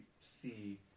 see